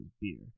beer